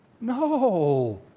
No